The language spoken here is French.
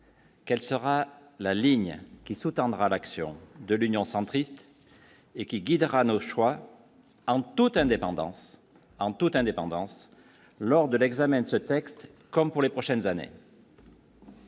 Quelle sera la ligne qui sous-tendra l'action de l'Union centriste et qui guidera nos choix en toute indépendance, en toute indépendance, lors de l'examen de ce texte, comme pour les prochaines années.